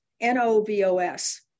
N-O-V-O-S